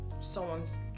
someone's